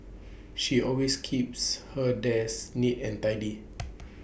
she always keeps her desk neat and tidy